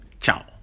Ciao